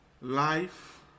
life